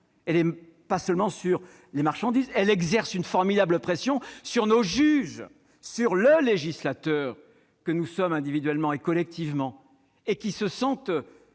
elle exerce une formidable pression sur nos juges, sur le législateur que nous sommes individuellement et collectivement. Souvent